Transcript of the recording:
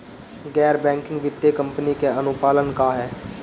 गैर बैंकिंग वित्तीय कंपनी के अनुपालन का ह?